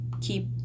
keep